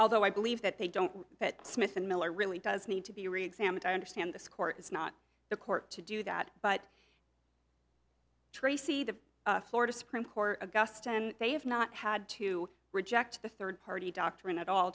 although i believe that they don't but smith and miller really does need to be reexamined i understand this court is not the court to do that but tracey the florida supreme court augusta and they have not had to reject the third party doctrine at all